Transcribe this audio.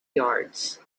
yards